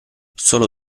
solo